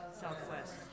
Southwest